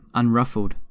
unruffled